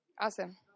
Awesome